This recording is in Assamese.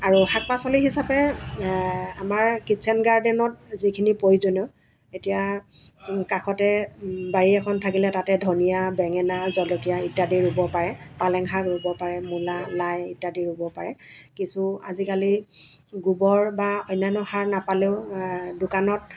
আৰু শাক পাচলি হিচাপে আমাৰ কিচ্ছেন গাৰ্ডেনত যিখিনি প্ৰয়োজনীয় এতিয়া কাষতে বাৰী এখন থাকিলে তাতে ধনীয়া বেঙেনা জলকীয়া ইত্যাদি ৰুব পাৰে পালেং শাক ৰুব পাৰে মূলা লাই ইত্যাদি ৰুব পাৰে কিছু আজিকালি গোবৰ বা অন্যান্য সাৰ নাপালেও দোকানত